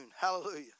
Hallelujah